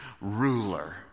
ruler